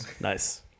Nice